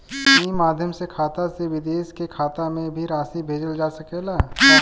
ई माध्यम से खाता से विदेश के खाता में भी राशि भेजल जा सकेला का?